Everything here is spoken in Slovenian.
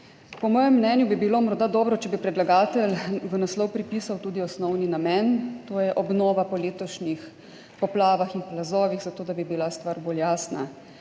Po mojem mnenju bi bilo morda dobro, če bi predlagatelj v naslov pripisal tudi osnovni namen, to je obnova po letošnjih poplavah in plazovih, zato da bi bila stvar bolj jasna.